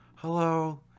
hello